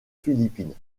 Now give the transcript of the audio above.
philippines